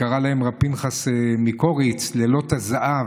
קרא להם רב פנחס מקוריץ "לילות הזהב",